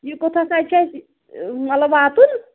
یہِ کوٚتتھَس حظ چھُ اَسہِ مطلب واتُن